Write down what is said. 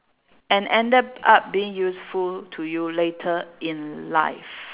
and ended up being useful to you later in life